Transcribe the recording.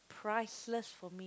priceless for me